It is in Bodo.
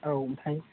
औ ओमफ्राय